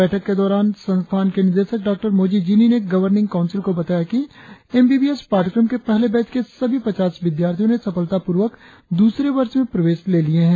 बैठक के दौरान संस्थान के निदेशक डॉ मोजी जीनी ने गवर्निंग काउंसिल को बताया कि एम बी बी एस पाठ्यक्रम के पहले बैच के सभी पचास विद्यार्थियों ने सफलतापूर्वक दूसरे वर्ष में प्रवेश ले लिए है